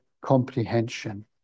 comprehension